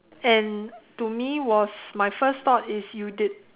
and to me was my first thought is you did